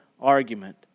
argument